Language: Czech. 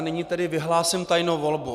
Nyní tedy vyhlásím tajnou volbu.